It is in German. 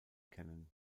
kennen